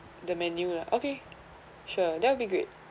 the menu lah okay sure that will be great